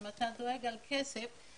אם אתה דואג לכסף,